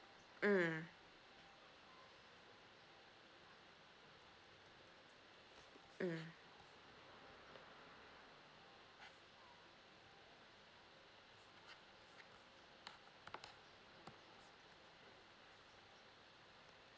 mm mm